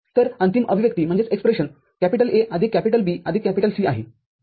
तर अंतिम अभिव्यक्ती A आदिक B आदिक C आहे